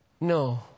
No